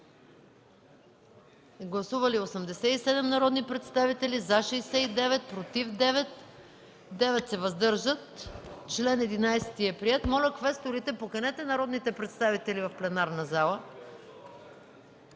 Гласували 87 народни представители: за 69, против 9, въздържали се 9. Член 11 е приет. Моля, квесторите, поканете народните представители в пленарната зала.